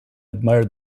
admired